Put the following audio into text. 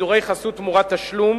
ושידורי חסות תמורת תשלום,